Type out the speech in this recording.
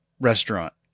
restaurant